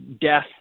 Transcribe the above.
death